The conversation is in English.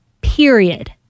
period